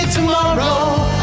tomorrow